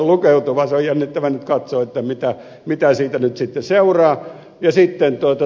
se on jännittävää nyt katsoa mitä siitä nyt sitten seuraa